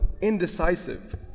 indecisive